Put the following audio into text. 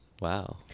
Wow